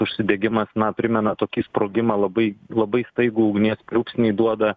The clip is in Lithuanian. užsidegimas na primena tokį sprogimą labai labai staigų ugnies pliūpsnį duoda